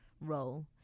role